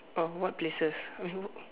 uh what places